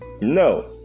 No